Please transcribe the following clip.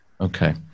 Okay